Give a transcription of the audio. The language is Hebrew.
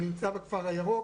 שנמצא בכפר הירוק.